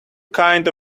kind